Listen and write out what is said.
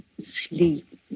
sleep